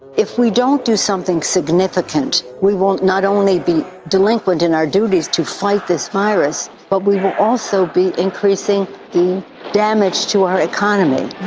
if we don't do something significant, we won't not only be delinquent in our duties to fight this virus, but we will also be increasing the damage to our economy